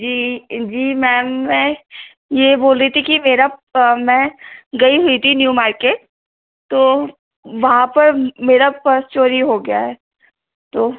जी जी मैम मैं ये बोल रही थी कि मेरा मैं गई हुई थी न्यू मार्के तो वहाँ पर मेरा पर्स चोरी हो गया है तो